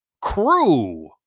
crew